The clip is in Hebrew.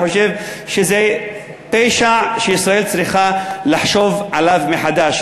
אני חושב שזה פשע שישראל צריכה לחשוב עליו מחדש,